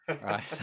right